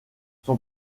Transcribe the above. son